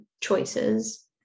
choices